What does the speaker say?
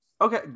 Okay